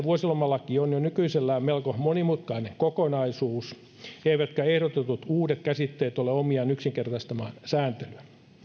vuosilomalaki on jo nykyisellään melko monimutkainen kokonaisuus eivätkä ehdotetut uudet käsitteet ole omiaan yksinkertaistamaan sääntelyä